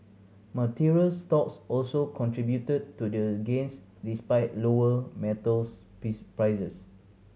materials stocks also contributed to the gains despite lower metals piece prices